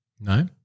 No